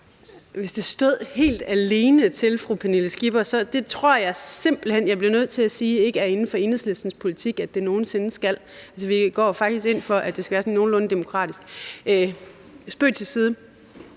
Hvis det stod helt alene til fru Pernille Skipper? Det tror jeg simpelt hen jeg bliver nødt til at sige ikke er inden for Enhedslistens politik at det nogen sinde skal. Vi går faktisk ind for, at det skal være sådan nogenlunde demokratisk. Spøg til side.